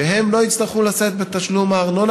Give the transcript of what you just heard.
שלא יצטרכו לשאת בתשלום הארנונה,